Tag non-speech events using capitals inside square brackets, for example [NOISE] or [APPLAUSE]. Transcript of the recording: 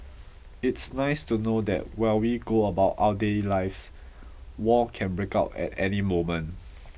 it's nice to know that while we go about our daily lives war can break out at any moment [NOISE]